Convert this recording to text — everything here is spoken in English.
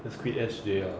just quit S_J lah